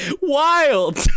wild